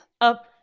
up